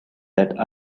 that